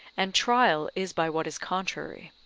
and trial is by what is contrary.